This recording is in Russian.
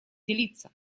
делиться